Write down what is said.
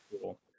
cool